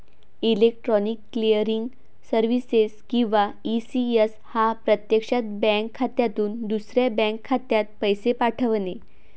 electronic clearing services किंवा ECS हा प्रत्यक्षात बँक खात्यातून दुसऱ्या बँक खात्यात पैसे पाठवणे